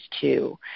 two